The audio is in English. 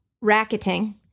racketing